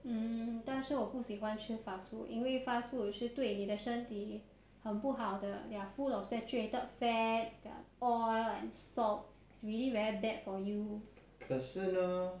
mm 但是我不喜欢吃 fast food 因为 fast food 是对你的身体很不好的 they're full of saturated fats there are oil and salt is really very bad for you